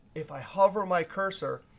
if i hover my cursor,